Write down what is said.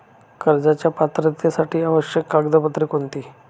कर्जाच्या पात्रतेसाठी आवश्यक कागदपत्रे कोणती?